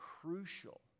crucial